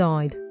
Died